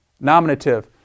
nominative